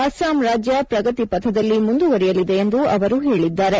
ಅಸ್ಪಾಂ ರಾಜ್ಯ ಪ್ರಗತಿಪಥದಲ್ಲಿ ಮುಂದುವರಿಯಲಿದೆ ಎಂದು ಹೇಳಿದ್ದಾರೆ